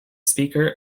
speaker